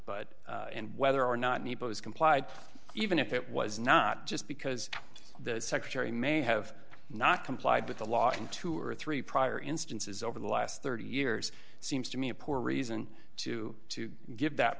but and whether or not complied even if it was not just because the secretary may have not complied with the law in two or three prior instances over the last thirty years seems to me a poor reason to to give that